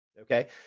Okay